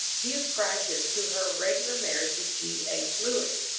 he ascribed this to her irregular marriage with g. h. lewes.